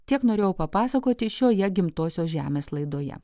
tiek norėjau papasakoti šioje gimtosios žemės laidoje